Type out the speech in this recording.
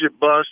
bus